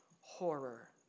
horror